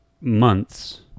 months